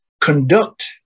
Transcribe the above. conduct